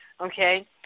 Okay